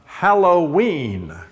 Halloween